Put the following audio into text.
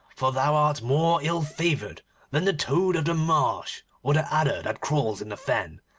for thou art more ill-favoured than the toad of the marsh, or the adder that crawls in the fen.